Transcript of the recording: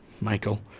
Michael